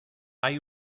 hay